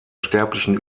sterblichen